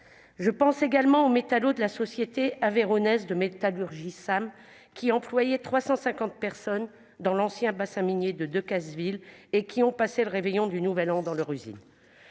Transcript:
Je pense également aux métallos de la Société aveyronnaise de métallurgie (SAM), qui employait 350 personnes dans l'ancien bassin minier de Decazeville. Ils ont passé le réveillon du nouvel an dans leur usine,